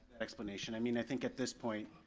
explanation, i mean i think at this point,